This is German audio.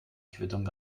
quittung